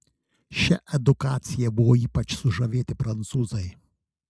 šia edukacija buvo ypač sužavėti prancūzai